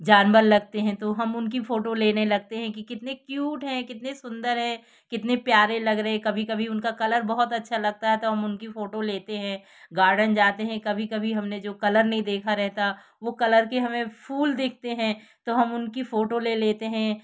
जानवर लगते हैं तो हम उनकी फ़ोटो लेने लगते हैं कि कितने क्यूट हैं कितने सुंदर हैं कितने प्यारे लग रहे कभी कभी उनका कलर बहुत अच्छा लगता है तो हम उनकी फ़ोटो लेते हैं गार्डन जाते हैं कभी कभी हमने जो कलर नहीं देखा रहता वह कलर के हमें फूल देखते हैं तो हम उनकी फ़ोटो ले लेते हैं